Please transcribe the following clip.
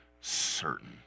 certain